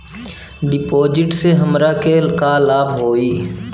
डिपाजिटसे हमरा के का लाभ होई?